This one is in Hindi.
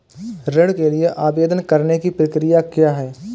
ऋण के लिए आवेदन करने की प्रक्रिया क्या है?